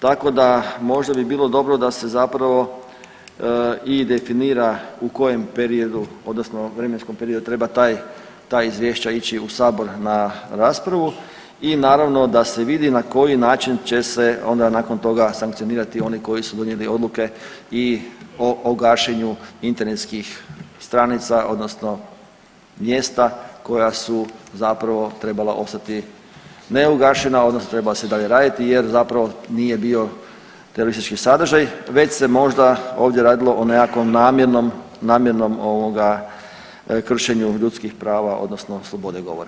Tako da možda bi bilo dobro da se zapravo i definira u kojem periodu odnosno vremenskom periodu treba taj ta izvješća ići u sabor na raspravu i naravno da se vidi na koji način će se onda nakon toga sankcionirati oni koji su donijeli odluke i o gašenju internetskih stranica odnosno mjesta koja su zapravo trebala ostati neugašena odnosno trebala su i dalje raditi jer zapravo nije bio teroristički sadržaj već se možda ovdje radilo o nekakvom namjernom kršenju ljudskih prava odnosno slobode govora.